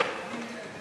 העובדה,